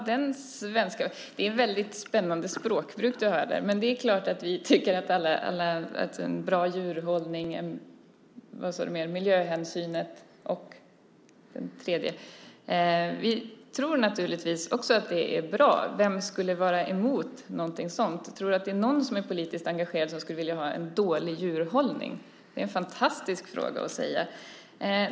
Herr talman! Det är ett väldigt spännande språkbruk du har. Det är klart att vi tycker att vi ska ha en bra djurhållning, miljöhänsyn och så nämnde du en tredje sak. Vi tror naturligtvis också att det är bra. Vem skulle vara emot någonting sådant? Tror du att det är någon som är politiskt engagerad som skulle vilja ha en dålig djurhållning? Det är en fantastisk fråga att ställa.